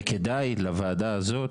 וכדאי לוועדה הזאת,